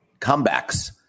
comebacks